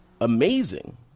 amazing